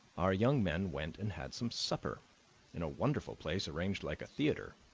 our young men went and had some supper in a wonderful place arranged like a theater,